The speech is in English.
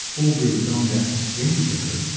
albury-wodonga and bendigo,